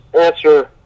answer